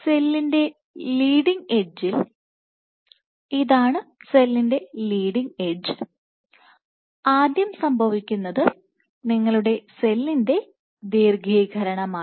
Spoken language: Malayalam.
സെല്ലിന്റെ ലീഡിങ് എഡ്ജിൽ ഇതാണ് സെല്ലിൻറെ ലീഡിങ് എഡ്ജ് ആദ്യം സംഭവിക്കുന്നത് നിങ്ങളുടെ സെല്ലിന്റെ ദീർഘീകരണമാണ്